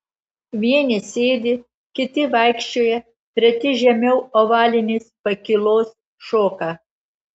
vieni sėdi kiti vaikščioja treti žemiau ovalinės pakylos šoka